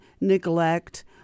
neglect